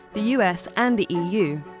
the us and the eu.